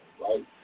right